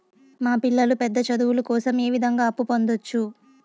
మా పిల్లలు పెద్ద చదువులు కోసం ఏ విధంగా అప్పు పొందొచ్చు?